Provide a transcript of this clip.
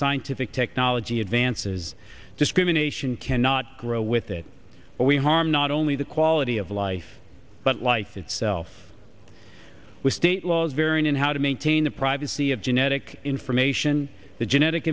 scientific technology advances discrimination cannot grow with that we harm not only the quality of life but life itself we state laws vary in how to maintain the privacy of genetic information the genetic